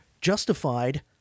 justified